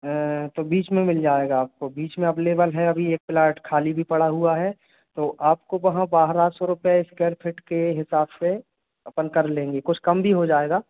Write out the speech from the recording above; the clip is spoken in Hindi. तो बीच में मिल जाएगा आपको बीच में अवैलेबल है एक प्लाट खाली भी पड़ा हुआ है तो आपको वहाँ बारह सौ स्क्वायर फिट के हिसाब से अपन कर लेंगे कुछ कम भी हो जाएगा